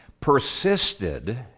persisted